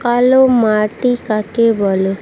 কালো মাটি কাকে বলে?